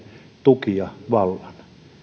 tukia